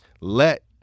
let